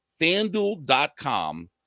FanDuel.com